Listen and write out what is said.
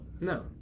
No